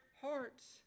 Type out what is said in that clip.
hearts